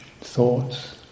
thoughts